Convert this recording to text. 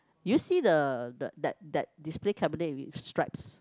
you see the the that that display cabinet with stripes